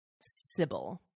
Sybil